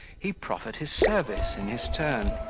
he proffered his service in his turn,